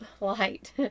light